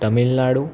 Tamil Nadu